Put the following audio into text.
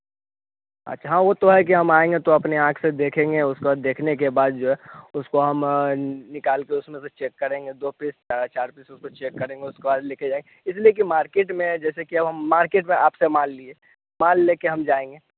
अच्छा हाँ वह तो है कि हम आएँगे तो अपने आँख से देखेंगे उसको देखने के बाद जो है उसको हम निकाल के उसमें से चेक करेंगे दो पीस चाहे चार पीस उसको चेक करेंगे उसको लेकर जाएँगे इसलिए कि मार्केट में है जैसे कि हम मार्केट में आपसे माल लिए माल ले कर हम जाएँगे